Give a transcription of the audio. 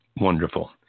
wonderful